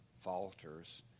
falters